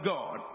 God